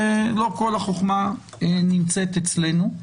ולא כל החוכמה נמצאת אצלנו.